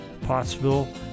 Pottsville